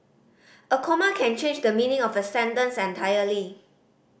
a comma can change the meaning of a sentence entirely